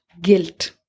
guilt